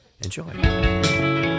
enjoy